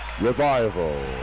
Revival